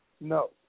No